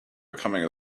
becoming